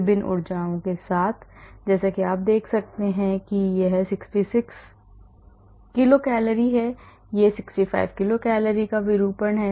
विभिन्न ऊर्जाओं के साथ जैसा कि आप देख सकते हैं कि यह 66 किलो कैलोरी है यह 65 किलो कैलोरी का विरूपण है